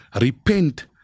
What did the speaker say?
repent